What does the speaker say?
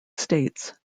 states